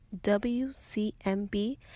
WCMB